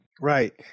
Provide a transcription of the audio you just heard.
Right